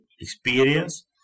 experience